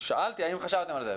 שאלתי האם חשבתם על זה.